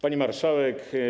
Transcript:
Pani Marszałek!